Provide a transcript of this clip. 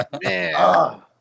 Man